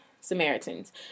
Samaritans